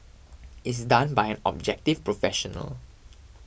is done by an objective professional